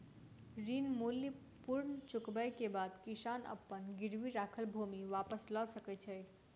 ऋण मूल्य पूर्ण चुकबै के बाद किसान अपन गिरवी राखल भूमि वापस लअ सकै छै